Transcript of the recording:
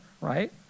right